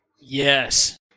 Yes